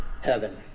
heaven